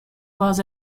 was